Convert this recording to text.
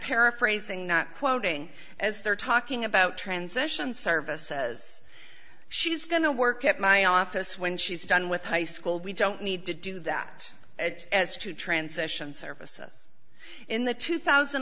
paraphrasing not quoting as they're talking about transition service says she's going to work at my office when she's done with high school we don't need to do that it has to transition services in the two thousand